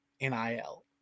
NIL